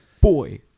boy